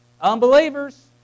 Unbelievers